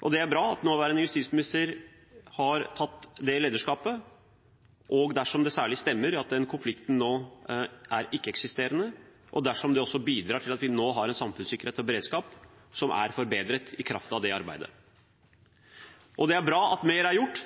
ta. Det er bra at nåværende justisminister har tatt det lederskapet, og særlig dersom det stemmer at konflikten nå er ikke-eksisterende, og det også bidrar til at vi har en samfunnssikkerhet og beredskap som er forbedret i kraft av det arbeidet. Det er bra at mer er gjort.